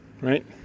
right